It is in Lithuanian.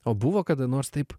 o buvo kada nors taip